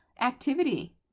activity